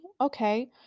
okay